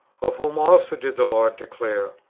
of whom also did the lord declare,